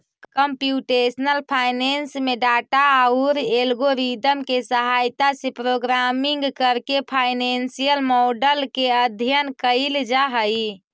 computational finance में data औउर algorithm के सहायता से प्रोग्रामिंग करके फाइनेंसियल मॉडल के अध्ययन कईल जा हई